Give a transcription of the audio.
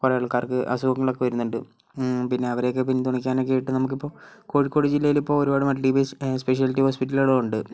കുറെ ആൾക്കാർക്ക് അസുഖങ്ങളക്കെ വരുന്നുണ്ട് പിന്നെ അവരെയൊക്കെ പിൻതുണക്കാനൊക്കെ ആയിട്ട് നമുക്കിപ്പോൾ കോഴിക്കോട് ജില്ലയില് ഇപ്പോൾ ഒരുപാട് മൾട്ടി ബേയ്സ് സ്പെഷ്യാലിറ്റി ഹോസ്പിറ്റലുകളും ഉണ്ട്